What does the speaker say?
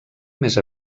més